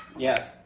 yeah.